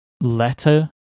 letter